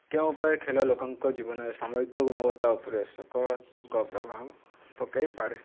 କେଉଁ ଉପାୟରେ ଖେଳ ଲୋକଙ୍କ ଜୀବନରେ ସାମହିିକ ଗୁଣବତ୍ତା ଉପରେ ସକାରାତ୍ମକ ପ୍ରଭାବ ପକାଇପାରେ